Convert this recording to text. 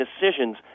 decisions